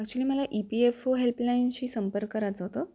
actually मला E P F O हेल्पलाईनशी संपर्क करायचं होतं